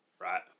right